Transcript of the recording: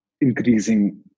increasing